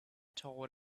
taught